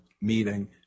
meeting